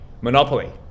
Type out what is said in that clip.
Monopoly